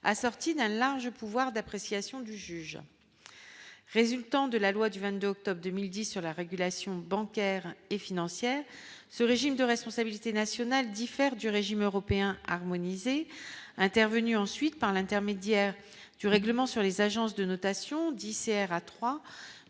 assortie d'un large pouvoir d'appréciation du juge résultant de la loi du 22 octobre 2010 sur la régulation bancaire et financière, ce régime de responsabilité nationale diffère du régime européen harmonisé intervenu ensuite par l'intermédiaire du règlement sur les agences de notation 10